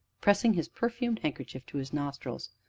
pressing his perfumed handkerchief to his nostrils,